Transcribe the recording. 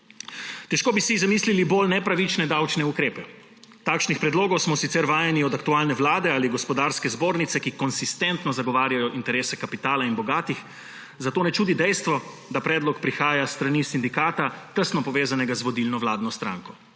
Težko bi si zamislili bolj nepravične davčne ukrepe. Takšnih predlogov smo sicer vajeni od aktualne vlade ali Gospodarske zbornice, ki konsistentno zagovarjajo interese kapitala in bogatih, zato ne čudi dejstvo, da predlog prihaja s strani sindikata, tesno povezanega z vodilno vladno stranko.